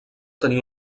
tenir